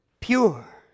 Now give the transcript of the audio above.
pure